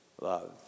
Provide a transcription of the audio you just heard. love